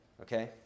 Okay